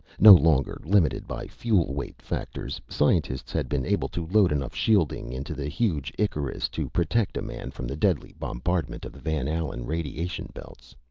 no longer limited by fuel weight factors, scientists had been able to load enough shielding into the huge icarus to protect a man from the deadly bombardment of the van allen radiation belts.